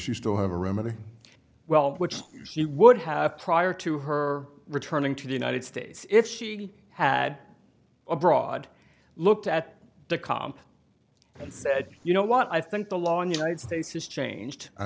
she still have a remedy well which she would have prior to her returning to the united states if she had a broad looked at the calm and said you know what i think the law in the united states has changed i